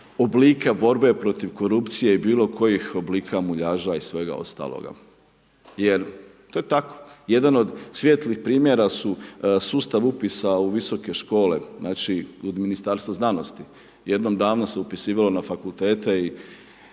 oblika borbe protiv korupcije i bilo kojih oblika muljaža i svega ostaloga. Jer to je tako, jedan od svijetlih primjera su sustav upisa u visoke škole, znači u Ministarstvo znanosti, jednom davno se upisivalo na fakultete